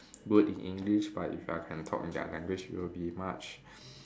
good in English but if I can talk in their language it will be much